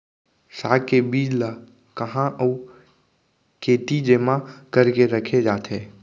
साग के बीज ला कहाँ अऊ केती जेमा करके रखे जाथे?